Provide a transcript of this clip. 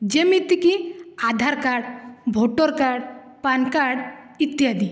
ଯେମିତିକି Aadhaar card voter card PAN card ଇତ୍ୟାଦି